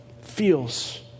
feels